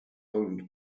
owned